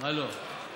לא נותנים לך לרדת.